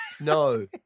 No